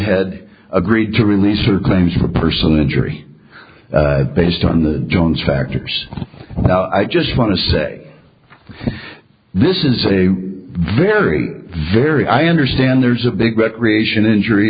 head agreed to release her claims for personal injury based on the jones factors i just want to say this is a very very i understand there's a big recreation injury